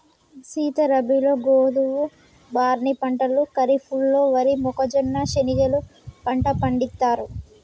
సీత రబీలో గోధువు, బార్నీ పంటలు ఖరిఫ్లలో వరి, మొక్కజొన్న, శనిగెలు పంట పండిత్తారు